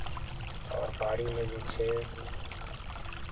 आओर बाड़ीमे जे छै